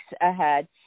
ahead